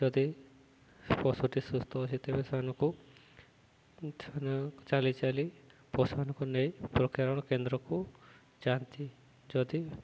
ଯଦି ସେ ପଶୁଟି ସୁସ୍ଥ ଅଛି ତେବେ ସେମାନଙ୍କୁ ଚାଲି ଚାଲି ପଶୁମାନଙ୍କୁ ନେଇ ପ୍ରକ୍ରିୟାକରଣ କେନ୍ଦ୍ରକୁ ଯାଆନ୍ତି ଯଦି